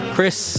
Chris